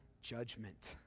judgment